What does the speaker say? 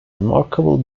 remarkable